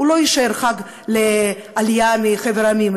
לא יישאר חג לעלייה מחבר העמים,